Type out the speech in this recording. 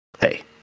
hey